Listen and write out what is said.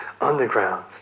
underground